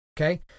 okay